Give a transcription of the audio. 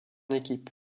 équipe